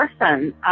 person